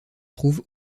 trouve